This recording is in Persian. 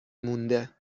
مونده